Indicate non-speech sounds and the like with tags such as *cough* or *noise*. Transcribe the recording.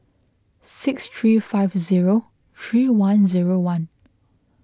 six three five zero three one zero one *noise*